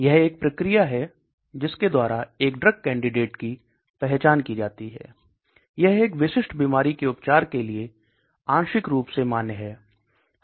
यह एक प्रक्रिया है जिसके द्वारा एक ड्रग कैंडिडेट की पहचान की जाती है यह एक विशिष्ट बीमारी के उपचार के लिए आंशिक रूप से मान्य है